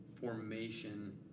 formation